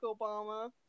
Obama